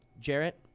Jarrett